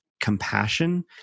compassion